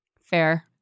Fair